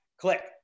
Click